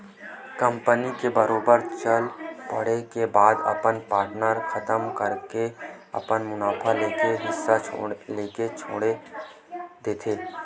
company के बरोबर चल पड़े के बाद अपन पार्टनर खतम करके अपन मुनाफा लेके हिस्सा लेके छोड़ देथे